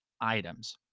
items